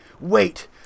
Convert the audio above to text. wait